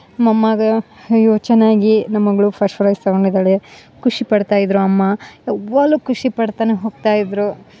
ನಮ್ಮಮ್ಮಾಗ ಅಯ್ಯೋ ಚೆನ್ನಾಗಿ ನಮ್ಮ ಮಗಳು ಫಸ್ಟ್ ಪ್ರೈಝ್ ತಗೊಂಡಿದ್ದಾಳೆ ಖುಷಿ ಪಡ್ತಾ ಇದ್ದರು ಅಮ್ಮ ಯಾವಾಗಲು ಖುಷಿ ಪಡ್ತಾನೆ ಹೋಗ್ತಾ ಇದ್ದರು